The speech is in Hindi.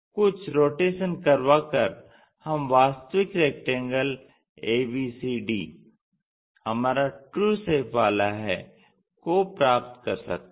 कुछ रोटेशन करवाकर हम वास्तविक रेक्टेंगल abcd हमारा ट्रू शेप वाला है को प्राप्त कर सकते हैं